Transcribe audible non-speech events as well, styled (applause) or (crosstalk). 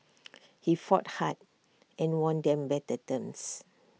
(noise) he fought hard and won them better terms